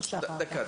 דקה,